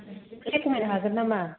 एसे खमायनो हागोन नामा